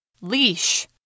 Leash